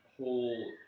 whole